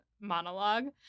monologue